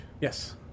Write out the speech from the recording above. Yes